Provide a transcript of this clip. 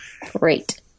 Great